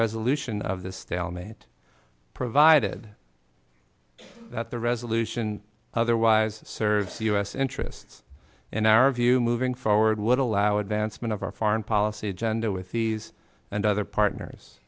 resolution of this stalemate it provided that the resolution otherwise serves the u s interests in our view moving forward would allow advancement of our foreign policy agenda with these and other partners